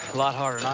lot harder